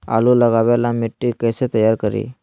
आलु लगावे ला मिट्टी कैसे तैयार करी?